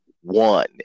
one